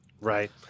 Right